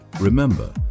Remember